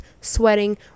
sweating